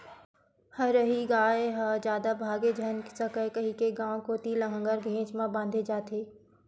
हरही गाय ह जादा भागे झन सकय कहिके गाँव कोती लांहगर घेंच म बांधे जाथे